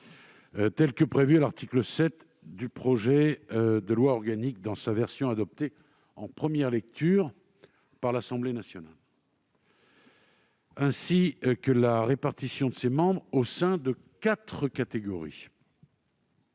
le prévoyait l'article 7 du projet de loi organique dans la version adoptée en première lecture par l'Assemblée nationale, et en revenir à la répartition de ces membres au sein des quatre catégories.